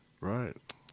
Right